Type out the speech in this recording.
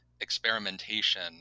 experimentation